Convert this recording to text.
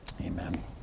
Amen